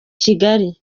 kigali